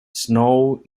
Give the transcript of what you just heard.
snow